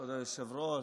כבוד היושב-ראש,